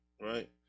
Right